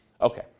Okay